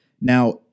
Now